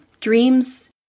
dreams